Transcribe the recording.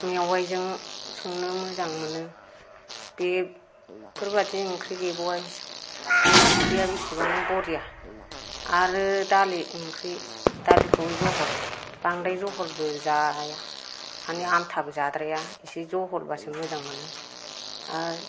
मेवाइजों संनो मोजां मोनो बेफोरबायदि ओंख्रि गैबावा बे ओंख्रिआ बेसेबां बरिया आरो दालि ओंख्रि दालिखौ जहल बांद्राय जहलबो जाया आरो आमथाबो जाद्राया एसे ज' हरबासो मोजां मोनो आर